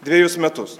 dvejus metus